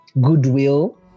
goodwill